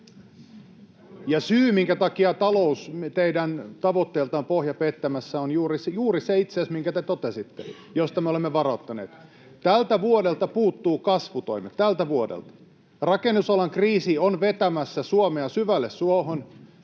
syy, minkä takia teidän tavoitteeltanne on pohja pettämässä, on itse asiassa juuri se, minkä te totesitte, josta me olemme varoittaneet. Tältä vuodelta puuttuvat kasvutoimet, tältä vuodelta. Rakennusalan kriisi on vetämässä Suomea syvälle suohon,